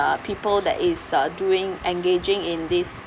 uh people that is uh doing engaging in this